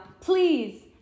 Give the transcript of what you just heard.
please